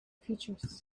features